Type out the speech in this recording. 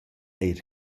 eir